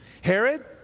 Herod